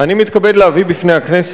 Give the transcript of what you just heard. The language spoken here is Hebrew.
כנראה לא הייתי בישיבה הקודמת,